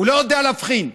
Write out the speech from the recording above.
הוא לא יודע להבחין.